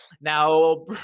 now